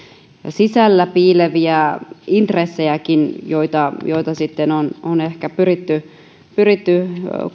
sisällä piileviä intressejäkin joita joita sitten on on ehkä pyritty pyritty